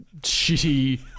shitty